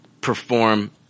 perform